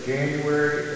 January